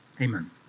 Amen